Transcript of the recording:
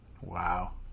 Wow